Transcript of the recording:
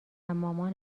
مامان